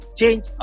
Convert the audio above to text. change